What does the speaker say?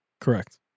Correct